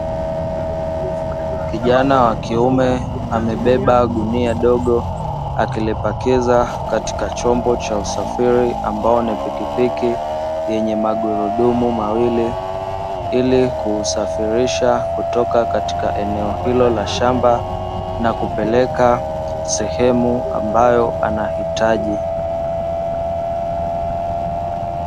Kijana wa kiume amebeba gunia dogo akilipakiza katika chombo cha usafiri ambao ni pikipiki yenye magurudumu mawili, ili kuusafirisha kutoka katika eneo hilo la shamba na kupeleka sehemu ambayo anahitaji.